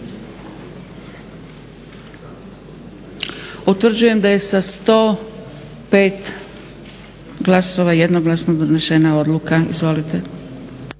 Utvrđujem da je sa 105 glasova jednoglasno donesena odluka. Izvolite.